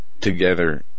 together